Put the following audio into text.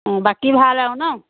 অঁ বাকী ভাল আৰু ন